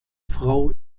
frau